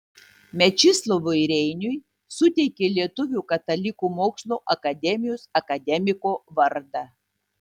mečislovui reiniui suteikė lietuvių katalikų mokslo akademijos akademiko vardą